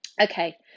okay